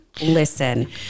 Listen